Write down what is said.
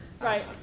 Right